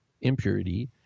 impurity—